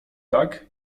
tak